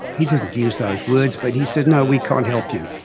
he didn't use those words but he said, no, we can't help you,